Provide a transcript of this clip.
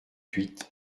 huit